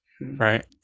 Right